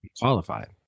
Qualified